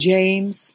James